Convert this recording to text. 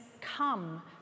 come